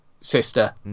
sister